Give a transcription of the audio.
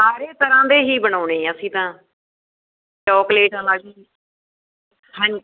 ਸਾਰੇ ਤਰ੍ਹਾਂ ਦੇ ਹੀ ਬਣਾਉਂਦੇ ਹਾਂ ਅਸੀਂ ਤਾਂ ਚੋਕਲੇਟ ਵਾਲਾ ਵੀ ਹਾਂਜੀ